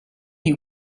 you